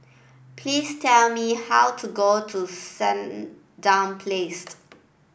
please tell me how to get to Sandown Placed